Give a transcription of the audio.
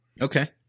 Okay